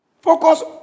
Focus